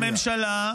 בממשלה,